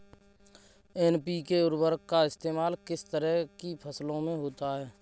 NPK उर्वरक का इस्तेमाल किस तरह की फसलों में होता है?